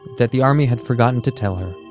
that the army had forgotten to tell her,